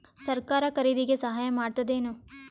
ಸರಕಾರ ಖರೀದಿಗೆ ಸಹಾಯ ಮಾಡ್ತದೇನು?